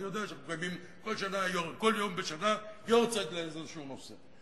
אני יודע שאנחנו מקיימים כל יום בשנה יארצייט לאיזה נושא,